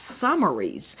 summaries